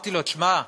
ואמרתי לו: תשמע,